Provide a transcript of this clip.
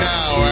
Now